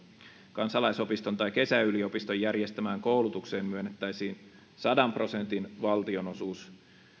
kansalaisopiston tai kesäyliopiston järjestämään koulutukseen myönnettäisiin sadan prosentin valtionosuus